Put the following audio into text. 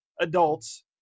adults